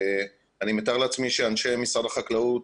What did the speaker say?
אני מתאר לעצמי שאנשי משרד החקלאות,